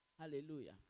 Hallelujah